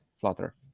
Flutter